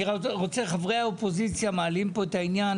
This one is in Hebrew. חברי האופוזיציה מעלים פה את העניין,